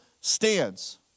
stands